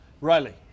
Riley